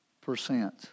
percent